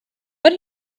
but